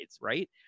right